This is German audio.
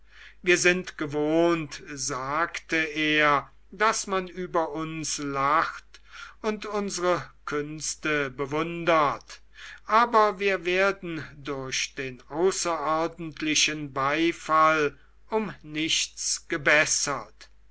wir sind gewohnt sagte er daß man über uns lacht und unsre künste bewundert aber wir werden durch den außerordentlichen beifall um nichts gebessert